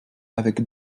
avec